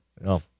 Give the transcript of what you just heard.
No